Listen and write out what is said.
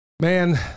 Man